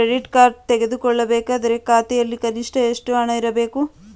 Credit card ತೆಗೆದುಕೊಳ್ಳಬೇಕಾದರೆ ಖಾತೆಯಲ್ಲಿ ಕನಿಷ್ಠ ಎಷ್ಟು ಹಣ ಇರಬೇಕು?